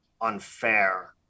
unfair